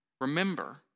Remember